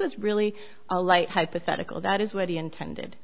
was really a light hypothetical that is what he intended